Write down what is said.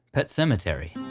pet cemetery.